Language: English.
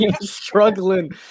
struggling